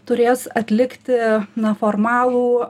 turės atlikti na formalų